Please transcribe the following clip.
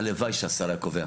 הלוואי שהשר היה קובע.